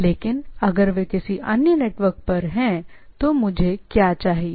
लेकिन अगर वे किसी अन्य नेटवर्क पर हैं तो मुझे क्या चाहिए